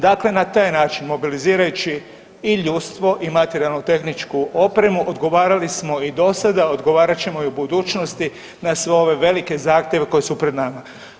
Dakle, na taj način mobilizirajući i ljudstvo i materijalno tehničku opremu odgovarali smo i dosada, odgovarat ćemo i u budućnosti na sve ove velike zahtjeve koji su pred nama.